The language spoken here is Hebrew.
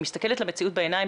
היא מסתכלת למציאות בעיניים,